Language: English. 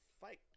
fight